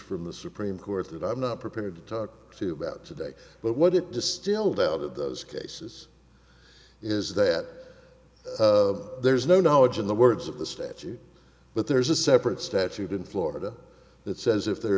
from the supreme court that i'm not prepared to talk to you about today but what it distilled out of those cases is that there's no knowledge in the words of the statute but there's a separate statute in florida that says if there